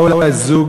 באו אלי זוג,